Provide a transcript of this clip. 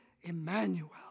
Emmanuel